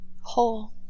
whole